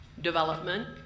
development